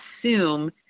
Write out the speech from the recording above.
assume